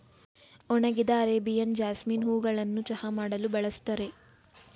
ಒಣಗಿದ Arabian jasmine ಹೂಗಳನ್ನು ಚಹಾ ಮಾಡಲು ಬಳ್ಸತ್ತರೆ